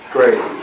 Great